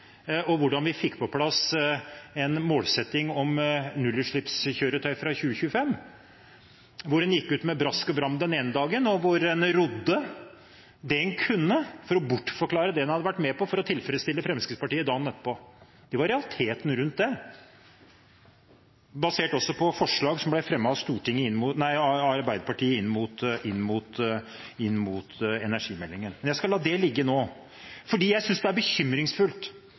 og hvordan vi fikk på plass en målsetting om nullutslippskjøretøy fra 2025, hvor en gikk ut med brask og bram den ene dagen, og hvor en dagen etterpå rodde det en kunne for å bortforklare det en hadde vært med på, for å tilfredsstille Fremskrittspartiet. Det var realiteten rundt det, basert også på forslag som ble fremmet av Arbeiderpartiet inn mot energimeldingen. Men jeg skal la det ligge nå, for jeg synes det er bekymringsfullt